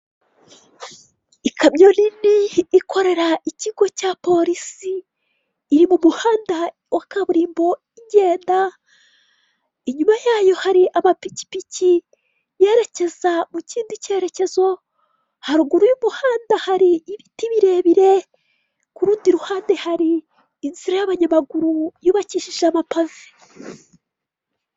Ikamyo nini ikorera ikigo cya polisi, iri mu muhanda wa kaburimbo igenda, inyuma yayo hari amapikipiki yerekeza mu kindi cyerekezo, haruguru y'umuhanda hari ibiti birebire, ku rundi iruhande hari inzira y'abanyamaguru yubakishije abapave.